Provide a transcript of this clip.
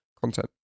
content